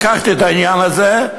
לקחתי את העניין הזה,